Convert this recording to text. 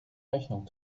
rechnung